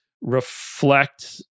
reflect